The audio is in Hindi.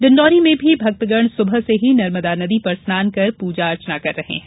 डिंडौरी में भी भक्तगण सुबह से ही नर्मदा नदी पर स्नान कर पूजा अर्चना कर रहे हैं